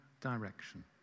direction